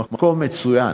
מקום מצוין,